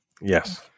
Yes